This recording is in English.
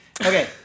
Okay